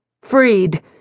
Freed